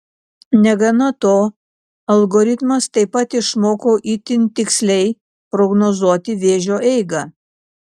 negana to algoritmas taip pat išmoko itin tiksliai prognozuoti vėžio eigą